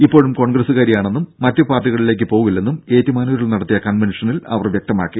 ഇപ്പോഴും കോൺഗ്രസുകാരിയാണെന്നും മറ്റ് പാർട്ടികളിലേക്ക് പോകില്ലെന്നും ഏറ്റുമാനൂരിൽ നടത്തിയ കൺവെൻഷനിൽ അവർ വ്യക്തമാക്കി